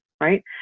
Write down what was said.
right